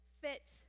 fit